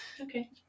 Okay